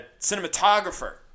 Cinematographer